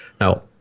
Now